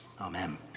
amen